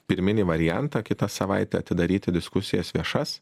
pirminį variantą kitą savaitę atidaryti diskusijas viešas